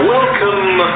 Welcome